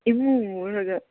ꯏꯃꯨ ꯃꯨꯔꯒ